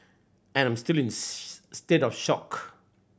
I am still in state of shock